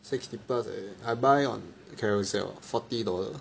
sixty plus like that I buy on Carousell forty dollar